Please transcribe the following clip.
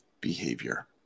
behavior